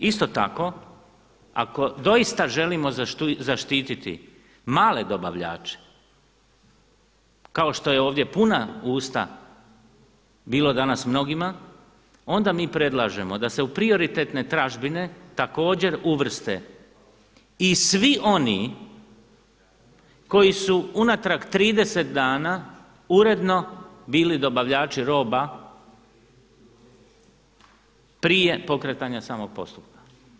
Isto tako ako doista želimo zaštiti male dobavljače kao što je ovdje puna usta bila danas mnogima, onda mi predlažemo da se u prioritetne tražbine također uvrste i svi oni koji su unatrag 30 dana uredno bili dobavljači roba prije pokretanja samog postupka.